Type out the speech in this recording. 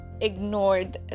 ignored